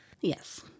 Yes